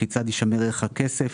כיצד יישמר ערך הכסף.